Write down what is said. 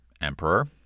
emperor